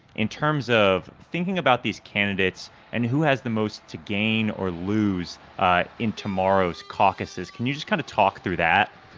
in terms of thinking about these candidates and who has the most to gain or lose ah in tomorrow's caucuses, can you just kind of talk through that?